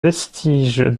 vestige